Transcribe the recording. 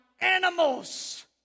animals